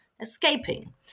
escaping